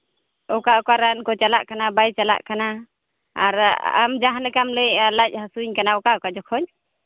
ᱚᱠᱟ ᱚᱠᱟ ᱨᱟᱱ ᱠᱚ ᱪᱟᱞᱟᱜ ᱠᱟᱱᱟ ᱵᱟᱭ ᱪᱟᱞᱟᱜ ᱠᱟᱱᱟ ᱟᱨ ᱟᱢ ᱡᱟᱦᱟᱸ ᱞᱮᱠᱟᱢ ᱞᱟᱹᱭᱮᱫᱼᱟ ᱞᱟᱡ ᱦᱟᱹᱥᱩᱧ ᱠᱟᱱᱟ ᱚᱠᱟ ᱚᱠᱟ ᱡᱚᱠᱷᱚᱡ